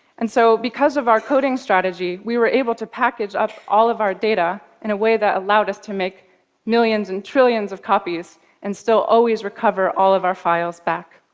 and so, because of our coding strategy, we were able to package up all of our data in a way that allowed us to make millions and trillions of copies and still always recover all of our files back.